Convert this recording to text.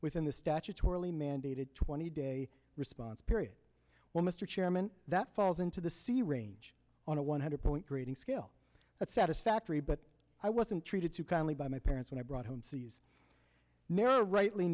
within the statutorily mandated twenty day response period well mr chairman that falls into the c range on a one hundred point grading scale that's satisfactory but i wasn't treated too kindly by my parents when i brought home c's mirror rightly